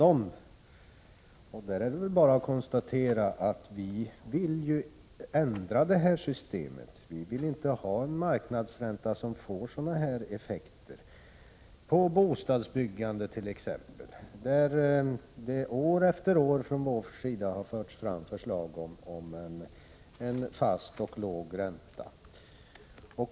Det är väl då bara att konstatera att vi vill ändra systemet — vi vill inte ha en marknadsränta som får sådana här effekter på t.ex. bostadsbyggandet. Vi har i det sammanhanget år efter år fört fram förslag om en fast och låg ränta.